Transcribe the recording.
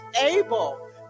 able